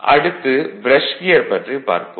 அடுத்து brush gear பற்றி பார்ப்போம்